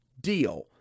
deal